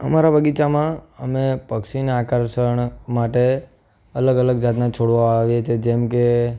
અમારા બગીચામાં અમે પક્ષીનાં આકર્ષણ માટે અલગ અલગ જાતના છોડવા વાવીએ છીએ જેમકે